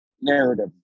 narrative